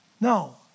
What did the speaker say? No